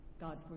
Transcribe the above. God